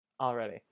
Already